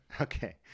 Okay